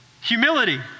Humility